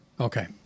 Okay